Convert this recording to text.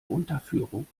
unterführung